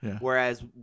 Whereas